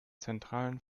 zentralen